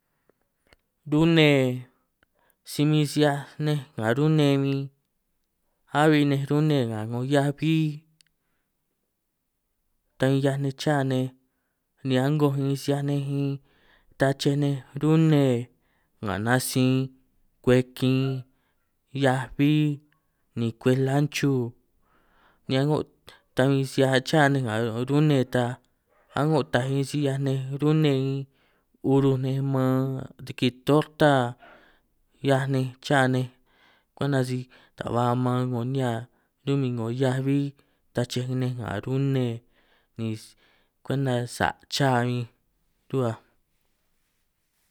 Ì î à â è ȇ ὸ ô ù û rune si min si ꞌhiaj nej nga rune min, abbi nej rune nga hiaꞌaj bbí ta ꞌhiaj nej cha nej, ni aꞌngoj min si ꞌhiaj nej min tnachej nej rune nga natsin, kwej kin hiaꞌaj bbí, ni kwej lanchu, ni aꞌngo ta bin si ꞌhiaj cha nej nga rune ta aꞌngo taaj, si ꞌhiaj nej rune min uruj ni man riki torta ꞌhiaj nej cha nej kwenta, si ta ba maam ꞌngo nihia runꞌ ꞌngo hiaꞌaj bbí tnachej nej nga rune ni kwenta saꞌ cha nej ruꞌhuaj.